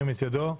ירים את ידו.